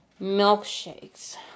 milkshakes